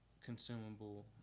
consumable